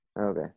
okay